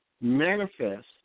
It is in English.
manifest